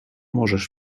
możesz